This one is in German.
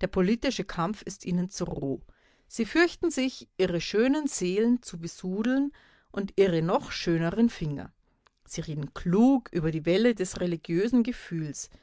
der politische kampf ist ihnen zu roh sie fürchten sich ihre schönen seelen zu besudeln und ihre noch schöneren finger sie reden klug über die welle des religiösen gefühls